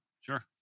Sure